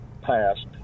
passed